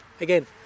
Again